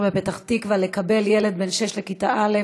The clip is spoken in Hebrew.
בפתח-תקווה לקבל ילד בן שש לכיתה א':